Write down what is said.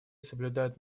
соблюдают